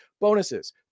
Bonuses